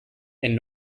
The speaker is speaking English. and